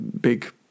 big